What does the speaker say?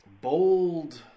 bold